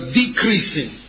decreasing